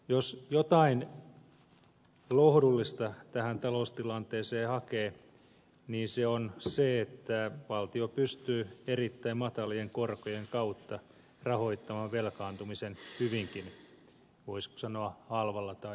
jos jotain lohdullista tähän taloustilanteeseen hakee niin se on se että valtio pystyy erittäin matalien korkojen kautta rahoittamaan velkaantumisen hyvinkin voisiko sanoa halvalla tai edullisesti